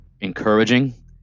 encouraging